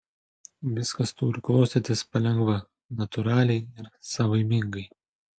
viskas turi klostytis palengva natūraliai ir savaimingai